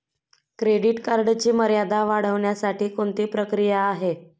Credit कार्डची मर्यादा वाढवण्यासाठी कोणती प्रक्रिया आहे?